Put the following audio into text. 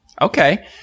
Okay